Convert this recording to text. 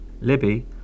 Libby